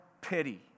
pity